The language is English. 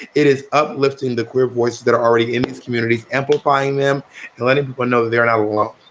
it is uplifting the queer voices that are already in these communities, amplifying them and letting people know they're and um